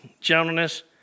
gentleness